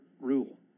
rule